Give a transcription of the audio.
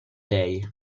dei